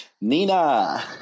Nina